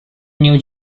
new